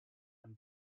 and